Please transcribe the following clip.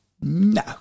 no